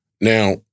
Now